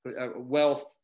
Wealth